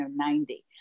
90